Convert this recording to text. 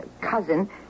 cousin